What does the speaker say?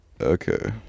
Okay